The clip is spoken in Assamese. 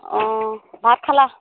অঁ ভাত খালা